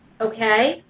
Okay